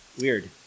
Weird